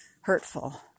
hurtful